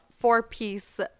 Four-piece